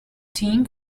team